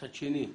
מצד שני,